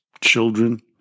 children